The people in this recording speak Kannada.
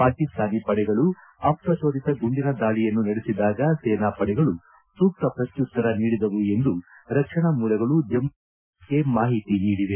ಪಾಕಿಸ್ತಾನಿ ಪಡೆಗಳು ಅಪ್ರಜೋದಿತ ಗುಂಡಿನ ದಾಳಿಯನ್ನು ನಡೆಸಿದಾಗ ಸೇನಾಪಡೆಗಳು ಸೂಕ್ತ ಪ್ರತ್ಯುತ್ತರ ನೀಡಿದವು ಎಂದು ರಕ್ಷಣಾ ಮೂಲಗಳು ಜಮ್ಗು ಆಕಾಶವಾಣಿ ಕೇಂದ್ರಕ್ಕೆ ಮಾಹಿತಿ ನೀಡಿವೆ